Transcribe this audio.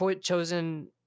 chosen